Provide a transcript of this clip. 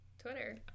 Twitter